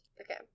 okay